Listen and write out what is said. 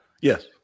Yes